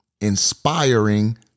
inspiring